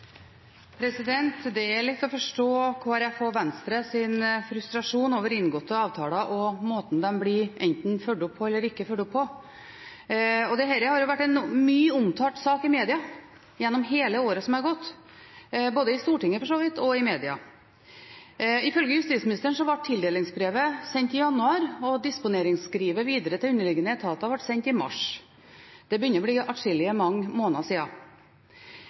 å forstå Kristelig Folkepartis og Venstres frustrasjon over inngåtte avtaler og måten de enten blir fulgt opp eller ikke fulgt opp på. Dette har vært en mye omtalt sak i media gjennom hele året som har gått – både i Stortinget og i media. Ifølge justisministeren ble tildelingsbrevet sendt i januar, og disponeringsskrivet til underliggende etater ble sendt i mars. Det begynner å bli mange måneder